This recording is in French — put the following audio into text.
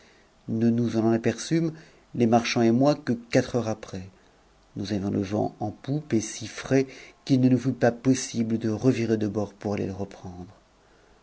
autres us en aperçûmes les marchands et moi que quatre heures après vous avions le vent en poupe et si trais qu'il ne nous fut pas possible de j er de bord pouraiter le reprendre